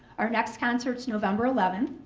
our next concert is november eleventh.